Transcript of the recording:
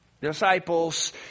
disciples